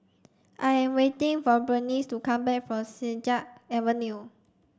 I am waiting for Burnice to come back from Siglap Avenue